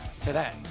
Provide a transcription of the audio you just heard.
today